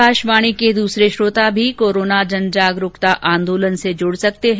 आकाशवाणी के अन्य श्रोता भी कोरोना जनजागरुकता आंदोलन से जुड सकते हैं